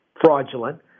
fraudulent